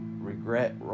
regret